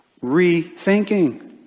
rethinking